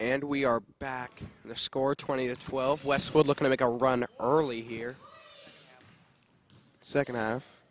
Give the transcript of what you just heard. and we are back in the score twenty to twelve westwood looking to make a run early here second half